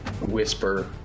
whisper